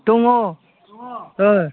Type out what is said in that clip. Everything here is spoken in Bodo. दङ